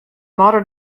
modern